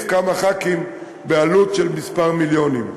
כמה חברי כנסת בעלות של כמה מיליונים.